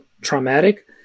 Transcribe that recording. traumatic